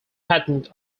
patent